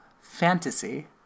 fantasy